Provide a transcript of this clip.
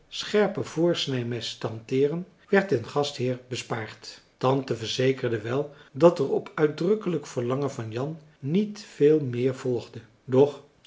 hanteeren werd den gastheer bespaard tante verzekerde wel dat er op uitdrukkelijk verlangen van jan niet veel meer volgde doch